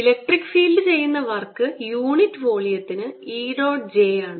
electric field ചെയ്യുന്ന work unit വോള്യത്തിന് E dot j ആണ്